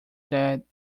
dead